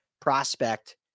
prospect